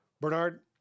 Bernard